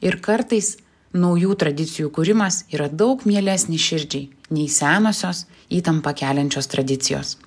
ir kartais naujų tradicijų kūrimas yra daug mielesnis širdžiai nei senosios įtampą keliančios tradicijos